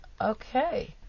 Okay